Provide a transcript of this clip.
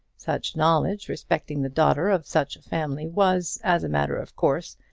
such knowledge respecting the daughter of such a family was, as a matter of course,